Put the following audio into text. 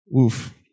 Oof